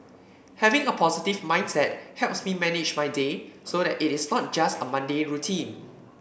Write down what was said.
having a positive mindset helps me manage my day so that it is not just a mundane routine